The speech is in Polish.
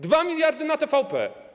2 mld na TVP.